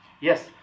Yes